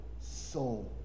soul